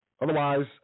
Otherwise